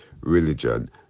religion